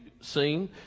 seen